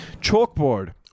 Chalkboard